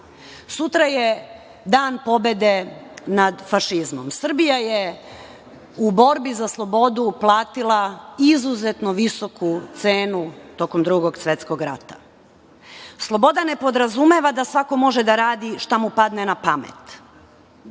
ulici. Sutra je Dan pobede nad fašizmom. Srbija je u borbi za slobodu platila izuzetno visoku cenu tokom Drugog svetskog rata. Sloboda ne podrazumeva da svako može da radi šta mu padne na pamet.